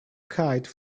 kite